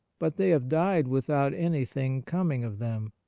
but they have died without anything coming of them.